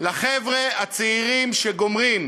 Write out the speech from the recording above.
לחבר'ה הצעירים שגומרים